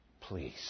please